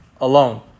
alone